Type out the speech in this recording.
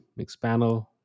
Mixpanel